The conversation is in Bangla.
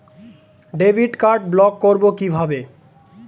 ডেবিট কার্ড ব্লক করব কিভাবে?